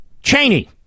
Cheney